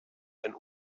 ein